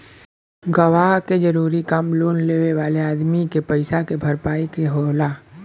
गवाह के जरूरी काम लोन लेवे वाले अदमी के पईसा के भरपाई के होला